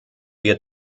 wir